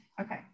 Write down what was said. Okay